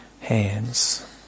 hands